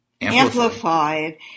amplified